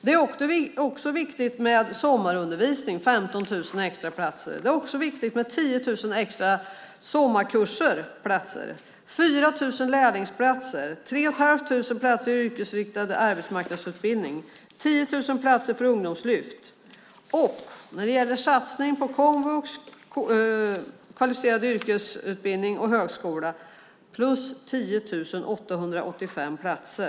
Det är också viktigt med sommarundervisning, 15 000 extra platser. Det är också viktigt med 10 000 extra sommarkursplatser, 4 000 lärlingsplatser, 3 500 platser i yrkesinriktad arbetsmarknadsutbildning och 10 000 platser i Ungdomslyftet. När det gäller satsningen på komvux, kvalificerad yrkesutbildning och högskola är det sammanlagt 10 885 platser.